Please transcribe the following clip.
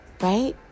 right